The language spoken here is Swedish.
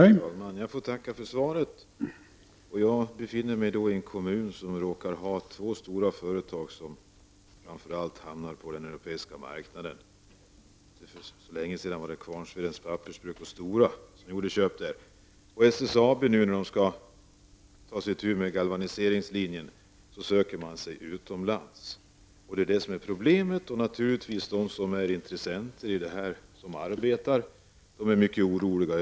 Herr talman! Jag tackar industriministern för svaret. Jag bor i en kommun som råkar ha två stora företag som hamnar på den europeiska marknaden. För inte så länge sedan var det Kvarnsvedens pappersbruk och Stora som gjorde köp där. När SSAB nu skall starta en galvaniseringslinje söker man sig utomlands. Det är detta som är problemet. Intressenterna i den här frågan, de arbetande, är mycket oroliga.